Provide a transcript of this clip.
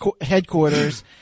headquarters